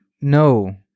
No